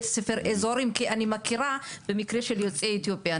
אני מכירה במקרה של יוצאי אתיופיה,